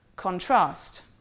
Contrast